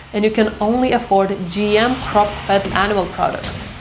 and you can only afford gm crop fed animal products,